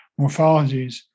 morphologies